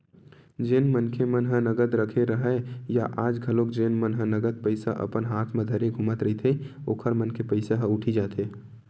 जेन मनखे मन ह नगद रखे राहय या आज घलोक जेन मन ह नगद पइसा अपन हात म धरे घूमत रहिथे ओखर मन के पइसा ह उठी जाथे